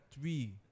three